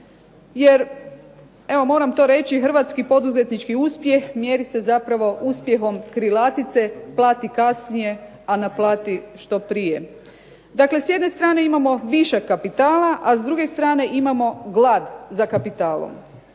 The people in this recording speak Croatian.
Jer evo moram to reći hrvatski poduzetnički uspjeh mjeri se zapravo uspjehom krilatice "Plati kasnije, a naplati što prije". Dakle, s jedne strane imamo višak kapitala, a s druge strane imamo glad za kapitalom.